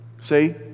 see